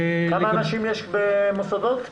כמה אנשים יש במוסדות?